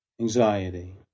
anxiety